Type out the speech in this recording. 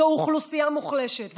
זו אוכלוסייה מוחלשת,